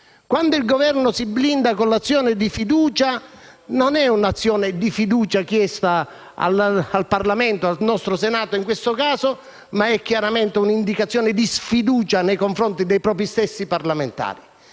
Quando il Governo si blinda con la fiducia non è un'azione di fiducia chiesta al Parlamento - al nostro Senato in questo caso - ma è chiaramente un'indicazione di sfiducia nei confronti dei propri stessi parlamentari.